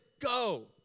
Go